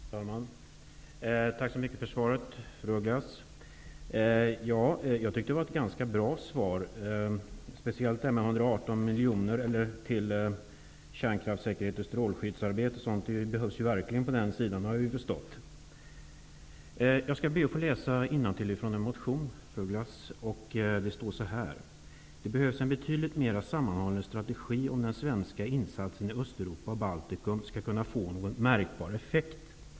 Herr talman! Tack så mycket för svaret, fru af Ugglas. Jag tyckte att det var ett ganska bra svar, speciellt beskedet om de 118 miljonerna till kärnkraftssäkerhets och strålskyddsarbete. Det behövs verkligen på den baltiska sidan. Det har jag förstått. Jag skall be att få läsa innantill i en motion. Det står så här: Det behövs en betydligt mer sammanhållen strategi om den svenska insatsen i Östeuropa och Baltikum skall kunna få någon märkbar effekt.